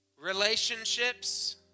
relationships